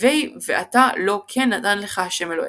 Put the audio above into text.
הוי ואתה לא כן נתן לך ה' אלהיך.”